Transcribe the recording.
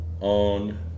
on